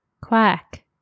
Quack